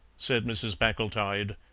said mrs. packletide,